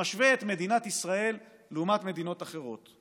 שמשווה את מדינת ישראל לעומת מדינות אחרות,